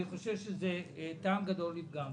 אני חושב שזה טעם גדול לפגם.